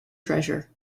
treasure